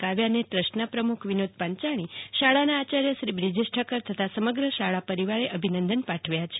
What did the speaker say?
કાવ્યાને ટ્રસ્ટના પ્રમુખ વિનોદ પાંચાણી શાળાના આચાર્ય શ્રી બ્રિજેશ ઠક્કર તથા સમગ્ર શાળા પરિવારે અભિનંદન પાઠવ્યા છે